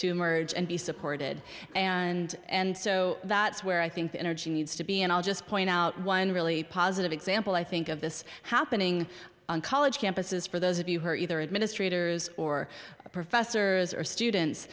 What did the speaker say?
to emerge and be supported and and so that's where i think the energy needs to be and i'll just point out one really positive example i think of this happening on college campuses for those of you who are either administrators or professors or students